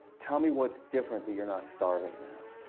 tell me what's different that you're not starving now.